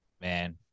Man